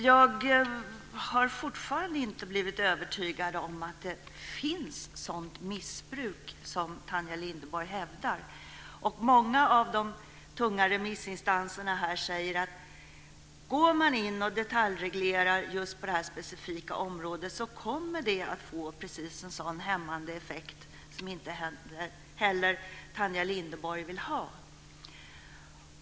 Jag har fortfarande inte blivit övertygad om att det förekommer ett sådant missbruk som Tanja Linderborg hävdar. Många av de tunga remissinstanserna här säger att om man går in och detaljreglerar just på det här specifika området kommer det att få precis en sådan hämmande effekt som inte heller Tanja Linderborg vill ha.